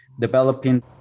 developing